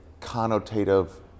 connotative